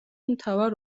მთავარ